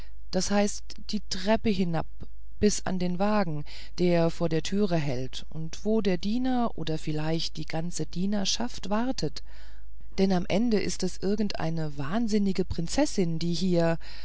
das heißt die treppe hinab bis an den wagen der vor der türe hält und wo der diener oder vielleicht eine ganze dienerschaft wartet denn am ende ist es irgendeine wahnsinnige prinzessin die hier